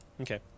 Okay